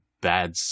bad